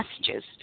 messages